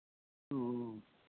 ᱚᱻ